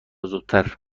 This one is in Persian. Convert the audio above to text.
زودتر